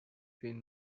فین